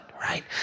right